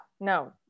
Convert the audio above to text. no